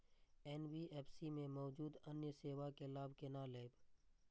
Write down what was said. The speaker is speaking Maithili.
एन.बी.एफ.सी में मौजूद अन्य सेवा के लाभ केना लैब?